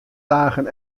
dagen